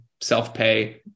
self-pay